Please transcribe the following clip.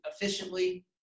efficiently